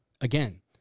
again